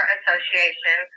Association